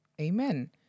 Amen